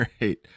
Right